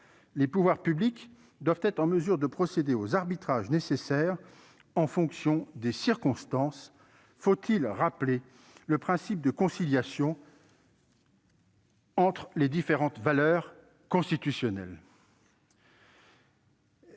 Les pouvoirs publics doivent être en mesure de procéder aux arbitrages nécessaires, en fonction des circonstances. Faut-il rappeler le principe de conciliation entre les différentes valeurs constitutionnelles ?